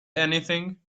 anything